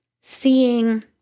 seeing